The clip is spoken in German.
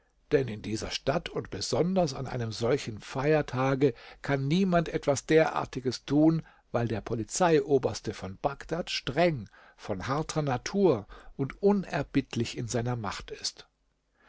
denn in dieser stadt und besonders an einem solchen feier tage kann niemand etwas derartiges tun weil der polizeioberste von bagdad streng von harter natur und unerbittlich in seiner macht ist